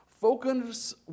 focus